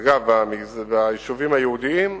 אגב, ביישובים היהודיים,